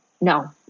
No